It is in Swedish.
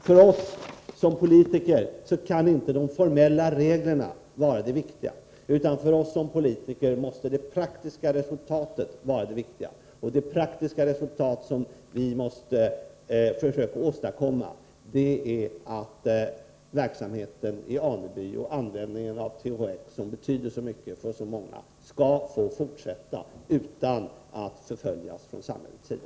För oss som politiker kan inte de formella reglerna vara det viktiga, utan det är det praktiska resultatet. Det som vi måste försöka åstadkomma är att användningen av THX och verksamheten i Aneby, som betyder så mycket för så många, skall få fortsätta utan att förföljas från samhällets sida.